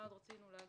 כמובן, שריפות פסולת.